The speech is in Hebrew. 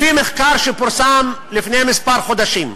לפי מחקר שפורסם לפני כמה חודשים,